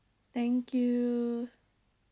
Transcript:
thank you